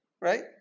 right